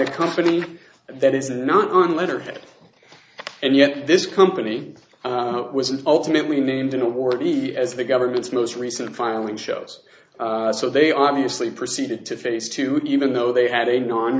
a company that is not on letterhead and yet this company was and ultimately named in a war of the as the government's most recent filing shows so they obviously proceeded to phase two even though they had a non